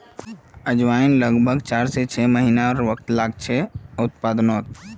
अजवाईन लग्ब्भाग चार से छः महिनार समय लागछे उत्पादनोत